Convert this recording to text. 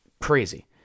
crazy